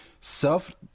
self